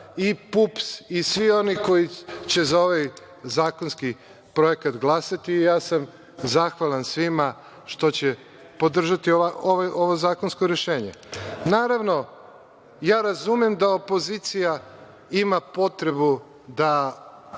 i PUPS i svi oni koji će za ovaj zakonski projekat glasati. Ja sam zahvalan svima što će podržati ovo zakonsko rešenje. Naravno, ja razumem da opozicija ima potrebu da